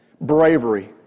Bravery